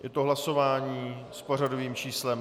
Je to hlasování s pořadovým číslem 10.